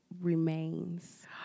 remains